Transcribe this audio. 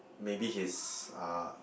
maybe his uh